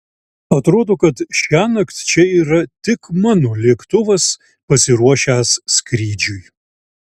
atrodo kad šiąnakt čia yra tik mano lėktuvas pasiruošęs skrydžiui